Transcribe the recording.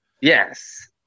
Yes